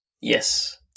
Yes